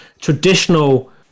traditional